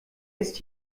ist